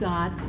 God